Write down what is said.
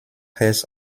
herz